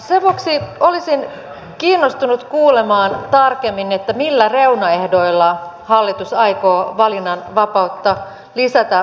sen vuoksi olisin kiinnostunut kuulemaan tarkemmin millä reunaehdoilla hallitus aikoo valinnanvapautta lisätä